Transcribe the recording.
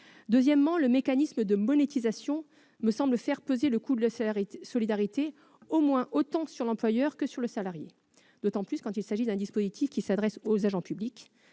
Deuxièmement, le mécanisme de monétisation me semble faire peser le coût de la solidarité au moins autant sur l'employeur que sur le salarié, d'autant plus lorsque le dispositif s'adresse aux agents publics.